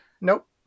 Nope